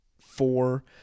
four